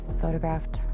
photographed